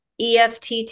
EFT